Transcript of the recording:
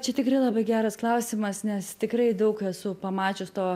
čia tikrai labai geras klausimas nes tikrai daug esu pamačius to